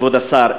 כבוד השר,